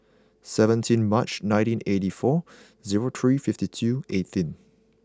seventeen March nineteen eighty four zero three fifty two eighteenth